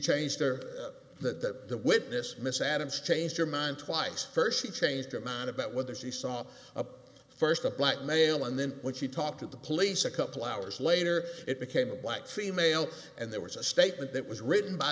changed her that the witness miss adams changed her mind twice first she changed her mind about whether she saw a first a black male and then when she talked to the police a couple hours later it became a black female and there was a statement that was written by